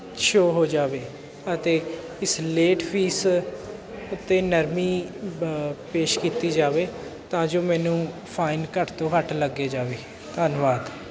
show ਹੋ ਜਾਵੇ ਅਤੇ ਇਸ ਲੇਟ ਫੀਸ ਉੱਤੇ ਨਰਮੀ ਪੇਸ਼ ਕੀਤੀ ਜਾਵੇ ਤਾਂ ਜੋ ਮੈਨੂੰ ਫਾਈਨ ਘੱਟ ਤੋਂ ਘੱਟ ਲੱਗਿਆ ਜਾਵੇ ਧੰਨਵਾਦ